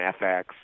FX